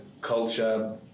culture